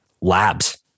labs